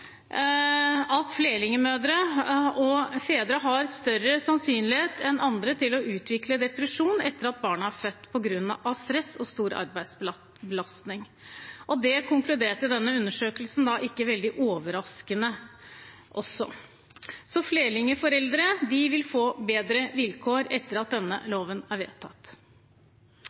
og -fedre har større sannsynlighet enn andre til å utvikle depresjon etter at barna er født, på grunn av stress og stor arbeidsbelastning, og det konkluderte denne undersøkelsen – ikke veldig overraskende – også med. Så flerlingforeldre vil få bedre vilkår etter at denne loven er vedtatt.